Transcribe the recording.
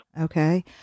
Okay